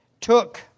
took